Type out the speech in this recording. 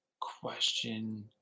question